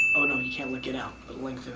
oh no, you can't link it out, but link there.